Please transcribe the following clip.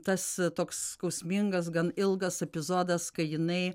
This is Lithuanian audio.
tas toks skausmingas gan ilgas epizodas kai jinai